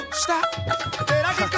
stop